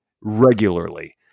regularly